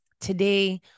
today